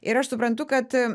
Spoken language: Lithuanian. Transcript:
ir aš suprantu kad